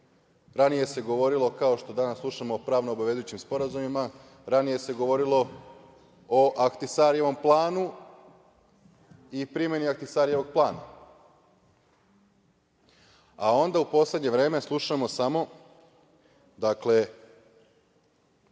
Ranije se govorilo, kao što danas slušamo, o pravno obavezujućim sporazumima, ranije se govorilo o Ahtisarijevom planu i primanje Ahtisarijevog plana. Onda u poslednje vreme slušamo samo, dakle